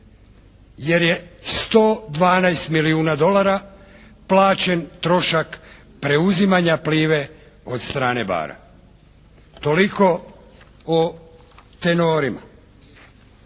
jer je 112 milijuna dolara plaćen trošak preuzimanja "Plive" od strane …/Govornik